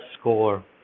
score